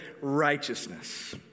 righteousness